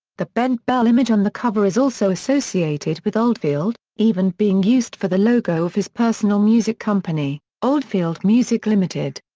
the bent bell image on the cover is also associated with oldfield, even being used for the logo of his personal music company, oldfield music ltd.